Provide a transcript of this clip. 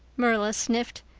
marilla sniffed.